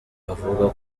avuga